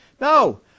No